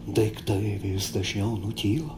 daiktai vis dažniau nutyla